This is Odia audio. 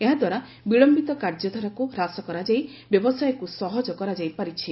ଏହାଦ୍ୱାରା ବିଳମ୍ବିତ କାର୍ଯ୍ୟଧାରାକୁ ହ୍ରାସ କରାଯାଇ ବ୍ୟବସାୟକୁ ସହଜ କରାଯାଇପାରିଛି